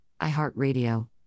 iHeartRadio